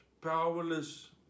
powerless